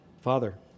Father